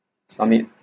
submit